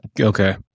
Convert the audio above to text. Okay